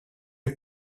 est